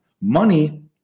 Money